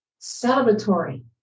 celebratory